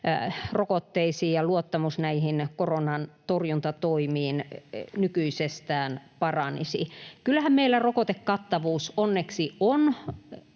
rokotteisiin ja koronan torjuntatoimiin nykyisestään paranisi. Kyllähän meillä rokotekattavuus onneksi on